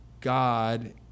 God